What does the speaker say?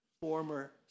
former